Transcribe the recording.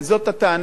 זה מה שאני אומר.